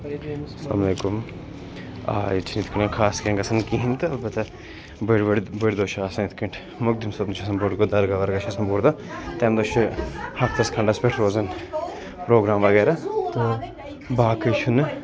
السلام علیکُم آ ییٚتہِ چھِنہٕ یِتھ کٔنۍ خاص کیٚنٛہہ گژھن کِہیٖنۍ تہٕ اَلبَتہ بٔڑۍ بٔڑۍ بٔڑۍ دۄہ چھِ آسان یِتھ کٲنٛٹھۍ مۄخدِم صٲبنہِ چھُ آسان بوٚڈ دۄہ دَرگاہ وَرگاہ چھِ آسان بوٚڈ دۄہ تَمہِ دۄہ چھِ ہَفتَس کھَنٛڈَس پٮ۪ٹھ روزان پرٛوگرام وَغیرہ تہٕ باقٕے چھُنہٕ